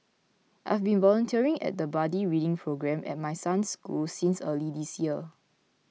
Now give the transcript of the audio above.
I've been volunteering at the buddy reading programme at my son's school since early this year